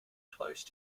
close